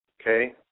Okay